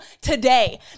today